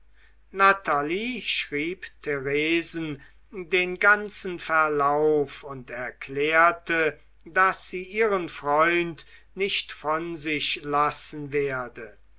natalie schrieb theresen den ganzen verlauf und erklärte daß sie ihren freund nicht von sich lassen werde